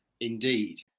Indeed